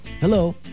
hello